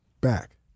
back